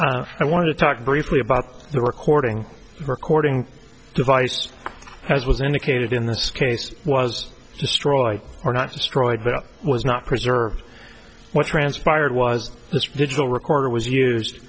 sautner i want to talk briefly about the recording recording device as was indicated in this case was destroyed or not destroyed but it was not preserved what transpired was this digital recorder was used